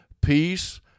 peace